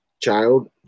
child